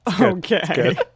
Okay